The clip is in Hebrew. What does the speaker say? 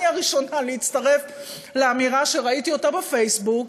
אני הראשונה להצטרף לאמירה שראיתי בפייסבוק,